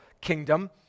kingdom